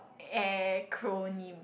acronym